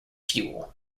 fuel